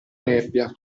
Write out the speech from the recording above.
nebbia